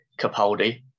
Capaldi